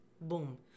Boom